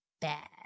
Bad